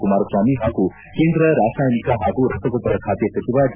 ಕುಮಾರಸ್ವಾಮಿ ಪಾಗೂ ಕೇಂದ್ರ ರಾಸಾಯನಿಕ ಪಾಗೂ ರಸಗೊಬ್ಬರ ಖಾತೆ ಸಚಿವ ಡಿ